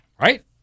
right